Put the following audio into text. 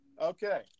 okay